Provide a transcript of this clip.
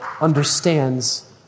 understands